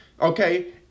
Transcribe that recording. Okay